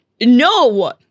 No